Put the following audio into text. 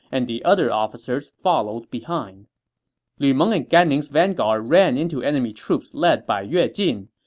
and the other officers followed behind lu meng and gan ning's vanguard ran into enemy troops led by yue jin.